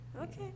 Okay